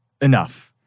Enough